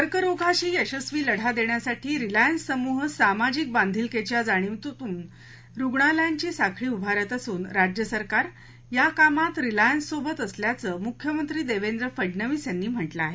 कर्करोगाशी यशस्वी लढा देण्यासाठी रिलायन्स समूह सामाजिक बांधिलकीच्या जाणिवेतून रुग्णालयांची साखळी उभारत असून राज्यशासन या कामात रिलायन्ससोबत असल्याचं मुख्यमंत्री देवेंद्र फडनवीस यांनी म्हटलं आहे